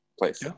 place